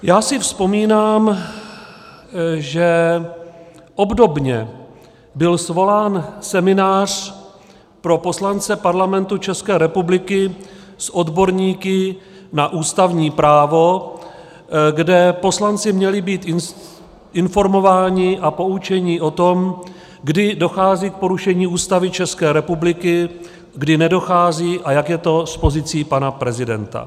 Já si vzpomínám, že obdobně byl svolán seminář pro poslance Parlamentu České republiky s odborníky na ústavní právo, kde poslanci měli být informováni a poučeni o tom, kdy dochází k porušení Ústavy České republiky, kdy nedochází a jak je to s pozicí pana prezidenta.